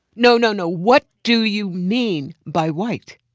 no, no, no. what do you mean by white?